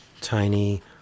tiny